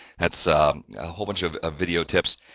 that's a whole bunch of ah video tips,